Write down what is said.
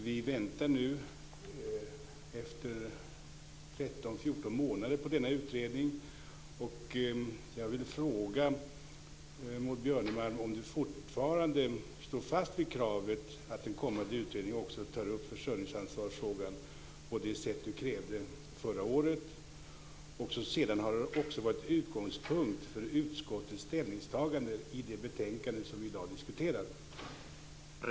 Vi väntar nu efter 13, 14 månader på denna utredning. Jag vill fråga Maud Björnemalm om hon fortfarande står fast vid kravet att en kommande utredning också tar upp försörjningsansvarsfrågan på det sätt hon krävde förra året. Det har sedan också varit utgångspunkt för utskottets ställningstagande i det betänkande som vi i dag diskuterar.